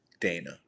Dana